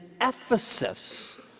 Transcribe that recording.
Ephesus